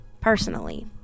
personally